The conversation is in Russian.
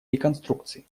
реконструкции